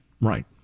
right